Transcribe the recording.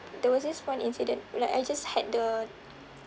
there was this one incident like I just had the